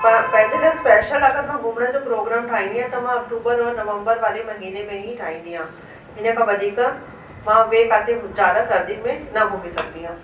पा पंहिंजे लाइ स्पेशल अगरि मां घुमण जो प्रोग्राम ठाहींदी आहियां त मां अक्टूबर और नवंबर वारे महीने में ई ठाहींदी आहियां हिन खां वधीक मां ॿिए किते ज़्यादा सर्दी में न घुमी सघंदी आहे